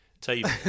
table